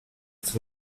estos